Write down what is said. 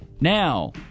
now